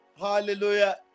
hallelujah